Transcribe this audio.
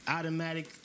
Automatic